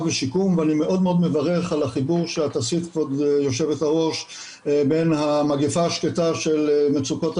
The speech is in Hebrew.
מאלפת ובאמת זה פנטסטי בשנה הזו לראות את הסל הקומפרנסיבי של הפעילויות